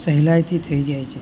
સહેલાઈથી થઈ જાય છે